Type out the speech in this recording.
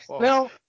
now